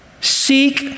Seek